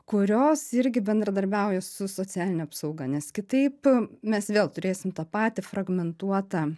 kurios irgi bendradarbiauja su socialine apsauga nes kitaip mes vėl turėsim tą patį fragmentuotą